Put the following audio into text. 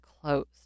closed